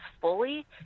fully